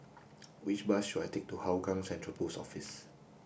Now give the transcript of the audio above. which bus should I take to Hougang Central Post Office